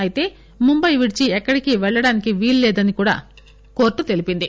అయితే ముంబై విడిచి ఎక్కడికి పెళ్ళడానికి వీల్లేదని కోర్టు తెలిపింది